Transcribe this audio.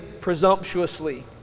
presumptuously